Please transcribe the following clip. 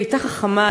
היא הייתה חכמה,